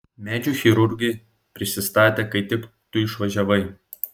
medžių chirurgai prisistatė kai tik tu išvažiavai